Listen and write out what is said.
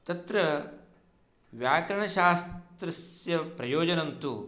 तत्र व्याकरणशास्त्रस्य प्रयोजनं तु